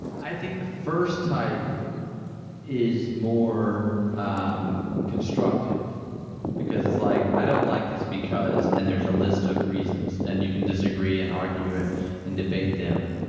i think the first type is more um constructive because like, i don't like this because. and there's a list of reasons and you can disagree, and argue, and and debate them.